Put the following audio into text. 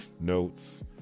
notes